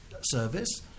service